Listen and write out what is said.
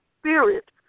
spirit